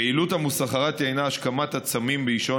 פעילות המוסחראתייה הינה השכמת הצמים באישון